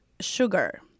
sugar